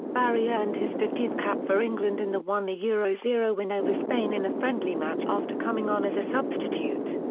barry earned his fiftieth cap for england in the one yeah zero zero win over spain in a friendly match after coming on as a substitute.